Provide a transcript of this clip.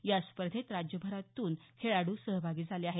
या स्पर्धेत राज्यभरातून खेळाडू सहभागी झाले आहेत